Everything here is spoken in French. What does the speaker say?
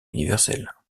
universelle